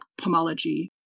pomology